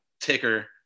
ticker